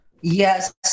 Yes